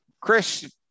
Chris